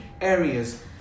areas